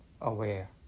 aware